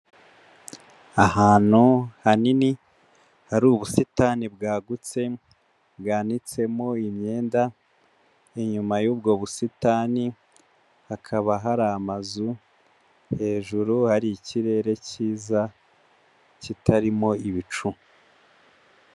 Ahantu hanini hari ubusitani bwagutse bwanitsemo imyenda, inyuma y'ubwo busitani hakaba hari amazu, hejuru hari ikirere kiza kitarimo ibicu.